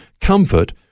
comfort